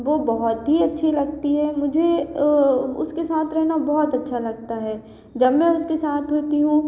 वह बहुत ही अच्छी लगती है मुझे उसके साथ रहना बहुत अच्छा लगता है जब मैं उसके साथ होती हूँ